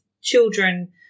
children